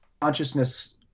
consciousness